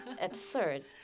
absurd